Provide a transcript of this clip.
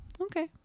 Okay